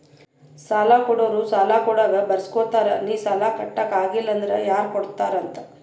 ಸಾಲಾ ಕೊಡೋರು ಸಾಲಾ ಕೊಡಾಗ್ ಬರ್ಸ್ಗೊತ್ತಾರ್ ನಿ ಸಾಲಾ ಕಟ್ಲಾಕ್ ಆಗಿಲ್ಲ ಅಂದುರ್ ಯಾರ್ ಕಟ್ಟತ್ತಾರ್ ಅಂತ್